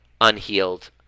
unhealed